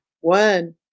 One